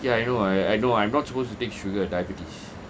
ya I know I I know I'm not supposed to take sugar diabetes